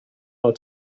war